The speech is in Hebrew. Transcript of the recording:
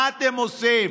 מה אתם עושים?